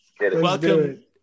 Welcome